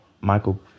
Michael